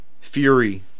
Fury